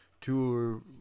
two